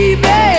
Baby